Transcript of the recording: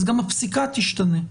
אז גם הפסיקה תשתנה.